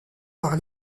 par